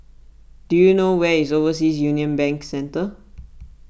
do you know where is Overseas Union Bank Centre